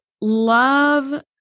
love